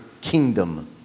kingdom